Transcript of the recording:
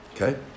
Okay